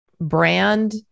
brand